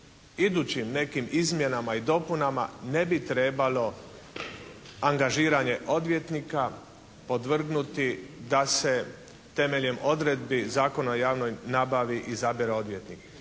idućim nekim izmjenama i dopunama ne bi trebalo angažiranje odvjetnika podvrgnuti da se temeljem odredbi Zakona o javnoj nabavi izabere odvjetnik.